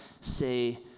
say